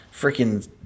freaking